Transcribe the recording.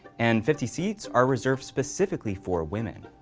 and fifty seats are reserved specifically for women.